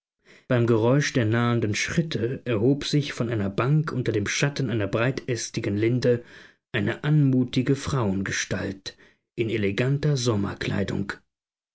beim geräusch der nahenden schritte erhob sich von einer bank unter dem schatten einer breitästigen linde eine anmutige frauengestalt in eleganter